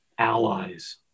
allies